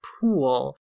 pool